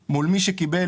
אגב, גם אתה באותה דעה.